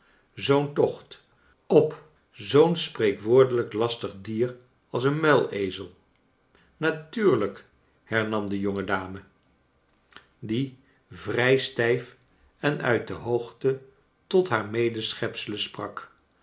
zoo'n tocht op zoo'n sprcekwoordelijk lastig dier als een muilezel natuurlijk liernam do jnnge dacharles dickens me die vrij stijf en uit de hoogte tot haar medeschepselen sprak